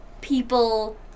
people